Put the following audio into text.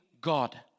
God